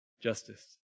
justice